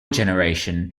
generation